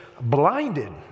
blinded